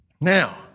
Now